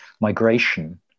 Migration